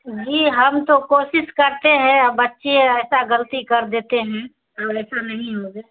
جی ہم تو کوشش کرتے ہیں بچے ایسا غلطی کر دیتے ہیں اب ایسا نہیں ہوگا